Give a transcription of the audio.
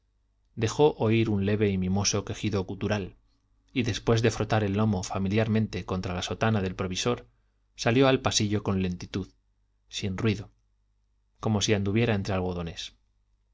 dejó oír un leve y mimoso quejido gutural y después de frotar el lomo familiarmente contra la sotana del provisor salió al pasillo con lentitud sin ruido como si anduviera entre algodones